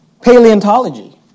paleontology